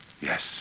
Yes